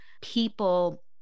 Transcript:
people